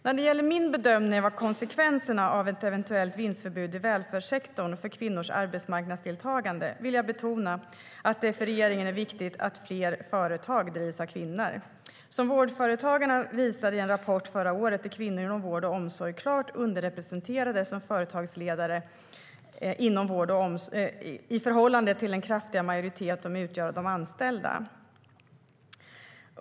När det gäller min bedömning av konsekvenserna av ett eventuellt vinstförbud i välfärdssektorn för kvinnors arbetsmarknadsdeltagande vill jag betona att det för regeringen är viktigt att fler företag drivs av kvinnor. Som Vårdföretagarna visade i en rapport förra året är kvinnor inom vård och omsorg klart underrepresenterade som företagsledare i förhållande till den kraftiga majoritet de utgör av de anställda.